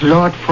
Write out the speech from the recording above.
Lord